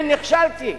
כן, נכשלתי.